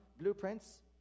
blueprints